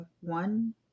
One